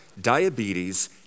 diabetes